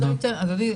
אדוני,